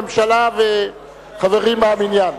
ממשלה וחברים מהמניין.